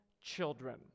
children